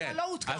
מה לא הותקן?